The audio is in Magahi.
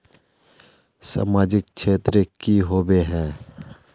सामाजिक क्षेत्र की होबे है?